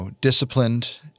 disciplined